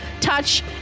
touch